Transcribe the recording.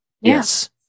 yes